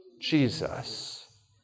Jesus